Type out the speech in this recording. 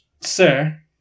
Sir